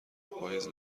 پاییز